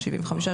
75%,